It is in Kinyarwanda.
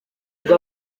ubwo